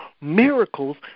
miracles